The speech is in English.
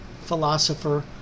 philosopher